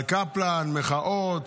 על קפלן, מחאות.